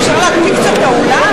אפשר להקפיא קצת את האולם?